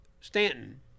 Stanton